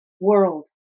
world